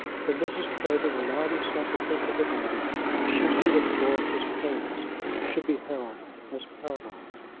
when mrs. clavering allowed herself to think of the matter she knew that florence's claims should be held as paramount.